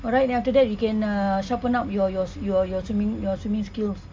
alright then after that you can uh sharpen up your your s~ your your swimming your swimming skills